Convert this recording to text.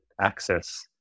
access